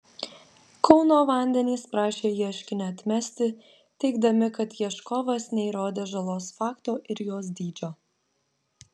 kauno vandenys prašė ieškinį atmesti teigdami kad ieškovas neįrodė žalos fakto ir jos dydžio